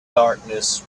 darkness